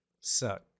suck